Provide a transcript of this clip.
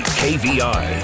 kvi